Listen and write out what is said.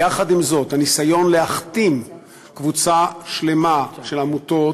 יחד עם זאת, הניסיון להכתים קבוצה שלמה של עמותות